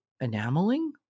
enameling